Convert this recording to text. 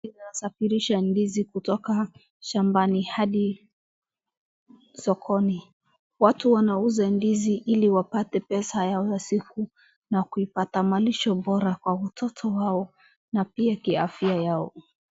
Inasafirisha ndizi kutoka shambani hadi sokoni. Watu wanauza ndizi ili wapate pesa yao ya siku na kuipata malisho bora kwa watoto wao na pia kiafya yao.